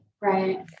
Right